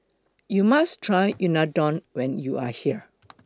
YOU must Try Unadon when YOU Are here